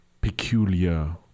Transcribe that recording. Peculiar